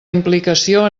implicació